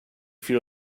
feel